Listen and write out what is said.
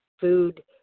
food